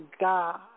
God